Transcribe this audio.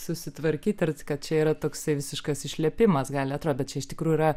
susitvarkyt ar kad čia yra toksai visiškas išlepimas gali atrodyt bet čia iš tikrųjų yra